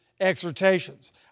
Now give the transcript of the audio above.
Exhortations